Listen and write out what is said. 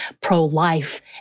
pro-life